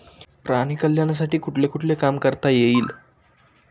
प्राणी कल्याणासाठी कुठले कुठले काम करता येईल?